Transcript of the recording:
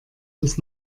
das